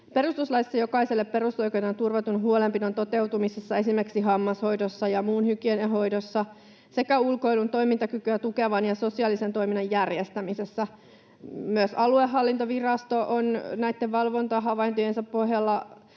perustuslaissa jokaiselle perusoikeutena turvatun huolenpidon toteutumisessa esimerkiksi hammashoidossa ja muun hygienian hoidossa sekä ulkoilun, toimintakykyä tukevan ja sosiaalisen toiminnan järjestämisessä. Myös aluehallintovirasto on näitten valvontahavaintojensa pohjalta